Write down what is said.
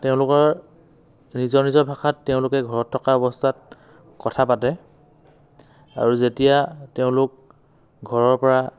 তেওঁলোকৰ নিজৰ নিজৰ ভাষাত তেওঁলোকে ঘৰত থকা অৱস্থাত কথা পাতে আৰু যেতিয়া তেওঁলোক ঘৰৰ পৰা